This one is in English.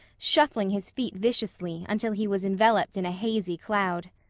shuffling his feet viciously until he was enveloped in a hazy cloud.